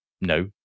No